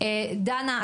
דנה,